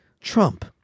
Trump